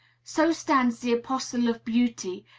so stands the apostle of beauty,